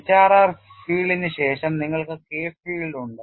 HRR ഫീൽഡിന് ശേഷം നിങ്ങൾക്ക് കെ ഫീൽഡ് ഉണ്ട്